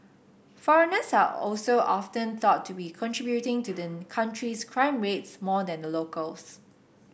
foreigners are also often thought to be contributing to the country's crime rates more than the locals